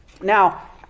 Now